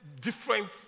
different